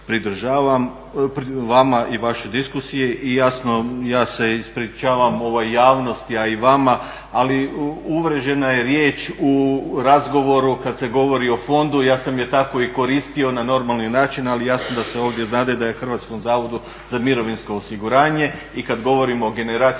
vama i vašoj diskusiji i jasno, ja se ispričavam javnosti, a i vama, ali … je riječ u razgovoru kada se govori o fondu, ja sam je tako i koristio na normalni način, ali jasno da se ovdje znade da je Hrvatskom zavodu za mirovinsko osiguranje i kad govorimo o generacijskoj